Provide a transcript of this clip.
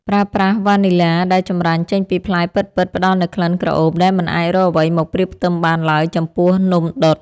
ប្រើប្រាស់វ៉ានីឡាដែលចម្រាញ់ចេញពីផ្លែពិតៗផ្ដល់នូវក្លិនក្រអូបដែលមិនអាចរកអ្វីមកប្រៀបផ្ទឹមបានឡើយចំពោះនំដុត។